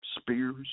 Spears